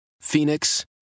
Phoenix